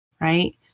right